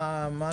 מה קרה?